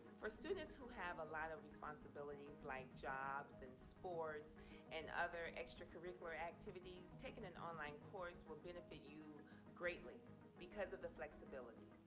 for students who have a lot of responsibilities, like jobs and sports and other extracurricular activities, taking an online course will benefit you greatly because of the flexibility.